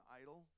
idol